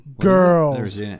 Girls